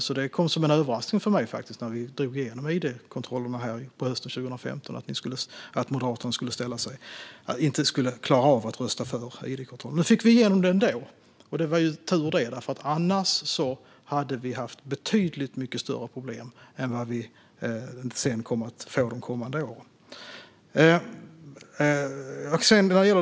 Det kom faktiskt som en överraskning för mig när vi drev igenom id-kontrollerna på hösten 2015 att Moderaterna inte klarade av att rösta för det. Nu fick vi igenom id-kontrollerna ändå, och det var ju tur det. Annars hade vi haft betydligt större problem än vi kom att få de kommande åren.